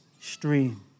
stream